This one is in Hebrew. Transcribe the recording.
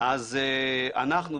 אז אנחנו,